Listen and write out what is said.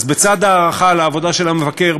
אז בצד ההערכה על העבודה של המבקר,